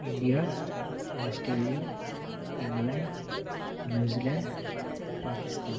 India Australia England New Zealand Pakistan